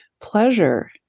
pleasure